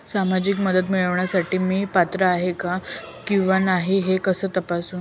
सामाजिक मदत मिळविण्यासाठी मी पात्र आहे किंवा नाही हे कसे तपासू?